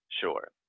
Sure